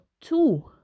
two